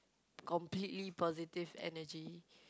completely positive energy